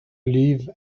live